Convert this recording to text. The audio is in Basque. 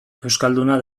euskalduna